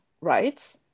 right